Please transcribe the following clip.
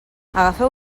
agafeu